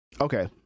Okay